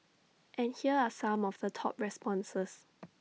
and here are some of the top responses